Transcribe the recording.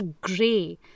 gray